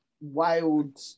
wild